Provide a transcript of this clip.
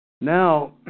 Now